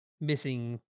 missing